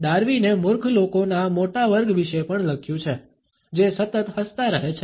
ડાર્વિને મૂર્ખ લોકોના મોટા વર્ગ વિશે પણ લખ્યું છે જે સતત હસતા રહે છે